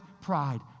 pride